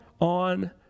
on